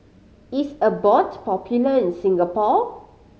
is Abbott popular in Singapore